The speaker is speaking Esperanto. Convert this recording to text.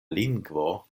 lingvo